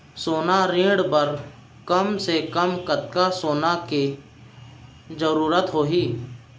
सोना ऋण बर कम से कम कतना सोना के जरूरत होही??